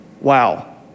Wow